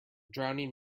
drowning